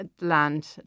land